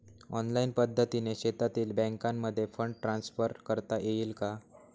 Online पद्धतीने देशातील बँकांमध्ये फंड ट्रान्सफर करता येईल का?